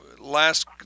last